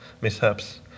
mishaps